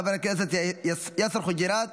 חבר הכנסת אושר שקלים,